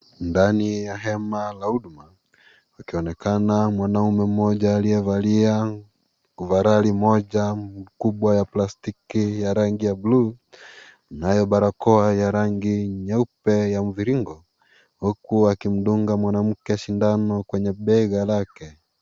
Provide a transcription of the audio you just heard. Ndani ya hema la huduma akionekana mwanaume mmoja aliyevalia ovaroli moja kubwa ya plastiki ya rangi ya bluu nayo barakoa ya rangi nyeupe ya mviringo huku akimdunga mwanamke sindano kwenye bega lake.